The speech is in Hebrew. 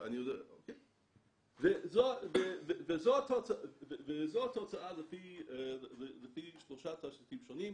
זו התוצאה לפי שלושה תסריטים שונים.